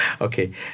Okay